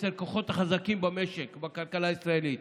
אצל הכוחות החזקים במשק בכלכלה הישראלית.